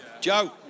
Joe